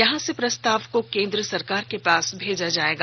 यहां से प्रस्ताव को केंद्र सरकार के पास भेजा जाएगा